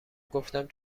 گفتم